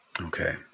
okay